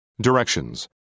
Directions